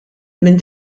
minn